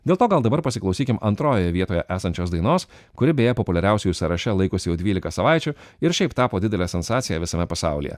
dėl to gal dabar pasiklausykim antroje vietoje esančios dainos kuri beje populiariausiųjų sąraše laikosi jau dvylika savaičių ir šiaip tapo didelė sensacija visame pasaulyje